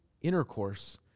intercourse